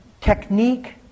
technique